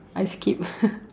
I skip